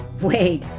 Wait